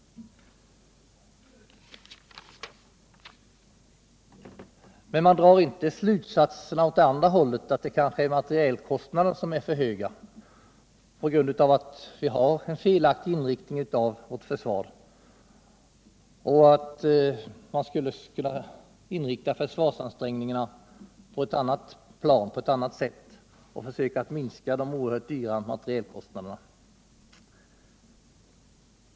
Men man drar inte slutsatserna åt andra hållet, att det kanske är materielkostnaderna som är för höga på grund av att vi har en felaktig inriktning av vårt försvar och att man skulle kunna inrikta försvarsansträngningarna på ett annat sätt och försöka att minska de oerhört höga materielkostnaderna.